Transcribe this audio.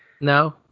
No